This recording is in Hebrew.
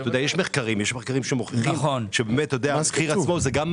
יש מחקרים שמוכיחים שזה מעודד.